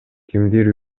кимдир